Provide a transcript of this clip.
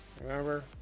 remember